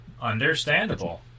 understandable